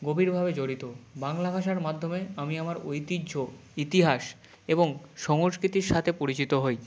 গভীরভাবে জড়িত বাংলা ভাষার মাধ্যমে আমি আমার ঐতিহ্য ইতিহাস এবং সংস্কৃতির সাথে পরিচিত হই